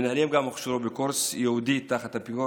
המנהלים גם הוכשרו בקורס ייעודי תחת הפיקוח